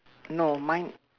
no mine